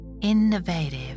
innovative